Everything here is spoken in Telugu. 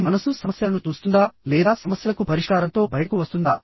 మీ మనస్సు సమస్యలను చూస్తుందా లేదా సమస్యలకు పరిష్కారంతో బయటకు వస్తుందా